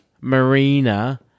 Marina